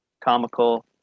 comical